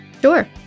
sure